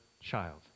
child